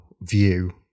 view